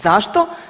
Zašto?